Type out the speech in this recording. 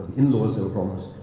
in-laws that were problems.